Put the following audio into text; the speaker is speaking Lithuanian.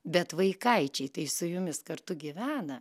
bet vaikaičiai tai su jumis kartu gyvena